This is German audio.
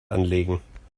anlegen